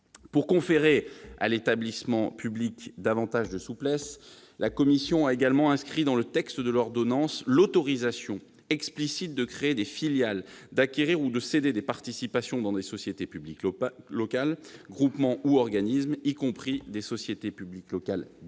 Pour conférer à l'établissement public davantage de souplesse, la commission a également inscrit dans le texte de l'ordonnance l'autorisation explicite de créer des filiales, d'acquérir ou de céder des participations dans des sociétés publiques locales, groupements ou organismes, y compris des sociétés publiques locales